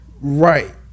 Right